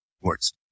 words